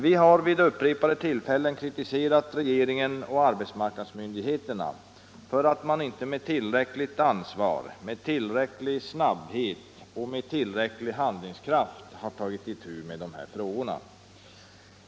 Vi har vid upprepade tillfällen kritiserat regeringen och arbetsmarknadsmyndigheterna för att man inte med tillräckligt ansvar, med tillräcklig snabbhet och med tillräcklig handlingskraft har tagit itu med dessa frågor.